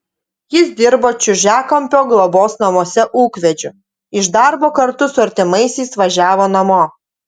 jis dirbo čiužiakampio globos namuose ūkvedžiu iš darbo kartu su artimaisiais važiavo namo